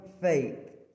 faith